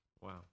Wow